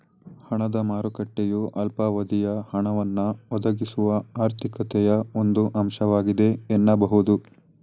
ಹಣದ ಮಾರುಕಟ್ಟೆಯು ಅಲ್ಪಾವಧಿಯ ಹಣವನ್ನ ಒದಗಿಸುವ ಆರ್ಥಿಕತೆಯ ಒಂದು ಅಂಶವಾಗಿದೆ ಎನ್ನಬಹುದು